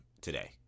today